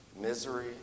misery